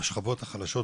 לשכבות החלשות,